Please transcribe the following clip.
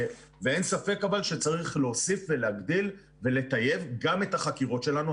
אבל אין ספק שצריך להוסיף ולהגדיל ולטייב גם את החקירות שלנו.